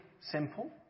simple